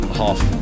half